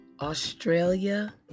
Australia